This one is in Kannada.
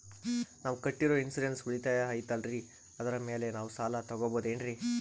ನಾವು ಕಟ್ಟಿರೋ ಇನ್ಸೂರೆನ್ಸ್ ಉಳಿತಾಯ ಐತಾಲ್ರಿ ಅದರ ಮೇಲೆ ನಾವು ಸಾಲ ತಗೋಬಹುದೇನ್ರಿ?